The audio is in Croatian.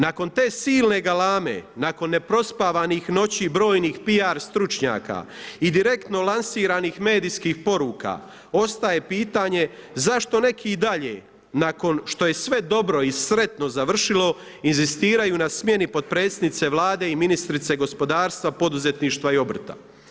Nakon te silne galame, nakon neprospavanih noći i brojnih PR stručnjaka i direktno lansiranih medijskih poruka ostaje pitanje zašto neki i dalje nakon što je se dobro i sretno završilo inzistiraju na smjeni potpredsjednice Vlade i ministrice gospodarstva, poduzetništva i obrta.